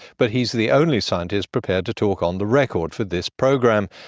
but he's the only scientist prepared to talk on the record for this program.